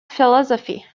philosophy